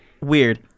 weird